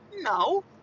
No